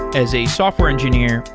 as a software engineer,